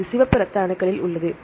இது சிவப்பு இரத்த அணுக்களில் உள்ளது